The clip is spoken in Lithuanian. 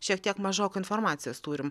šiek tiek mažokai informacijos turim